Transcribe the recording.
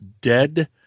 dead